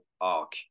arc